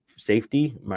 safety